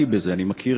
במקביל